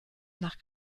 nach